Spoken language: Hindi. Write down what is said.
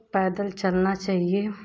पैदल चलना चाहिए